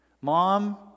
mom